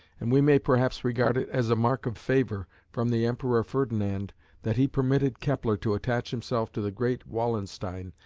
and we may perhaps regard it as a mark of favour from the emperor ferdinand that he permitted kepler to attach himself to the great wallenstein,